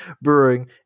brewing